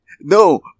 No